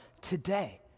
today